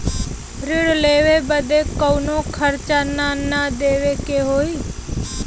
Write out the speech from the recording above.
ऋण लेवे बदे कउनो खर्चा ना न देवे के होई?